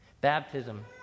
Baptism